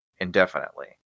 indefinitely